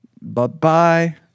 Bye-bye